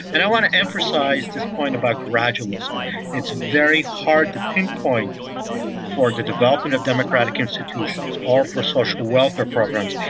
and i want to emphasise this point about gradualness. it's very hard to pinpoint for the development of democratic institutions or for social welfare programs,